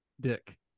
Dick